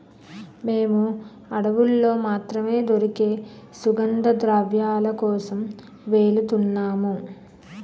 మేము అడవుల్లో మాత్రమే దొరికే సుగంధద్రవ్యాల కోసం వెలుతున్నాము